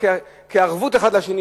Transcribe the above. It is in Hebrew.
כערבות אחד לשני,